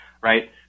right